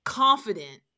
confident